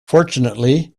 fortunately